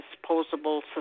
disposable